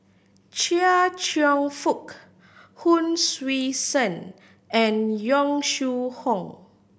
Chia Cheong Fook Hon Sui Sen and Yong Shu Hoong